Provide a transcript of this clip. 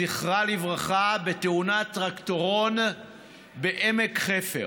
זכרה לברכה, בתאונת טרקטורון בעמק חפר.